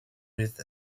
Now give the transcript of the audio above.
with